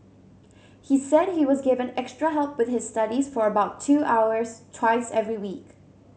he said he was given extra help with his studies for about two hours twice every week